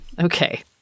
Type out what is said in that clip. Okay